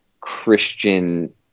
Christian